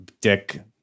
Dick